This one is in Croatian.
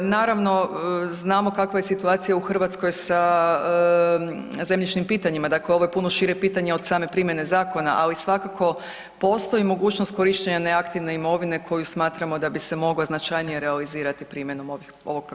Naravno znamo kakva je situacija u Hrvatskoj sa zemljišnim pitanjima, dakle ovo je puno šire pitanje od same primjene zakona, ali svakako postoji mogućnost korištenja neaktivne imovine koju smatramo da bi se mogla značajnije realizirati primjenom ovog propisa.